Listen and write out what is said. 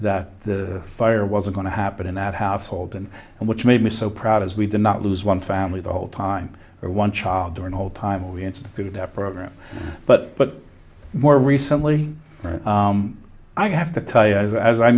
that the fire was going to happen in that household and and which made me so proud as we did not lose one family the whole time or one child during the whole time we instituted that program but more recently i have to tell you as as i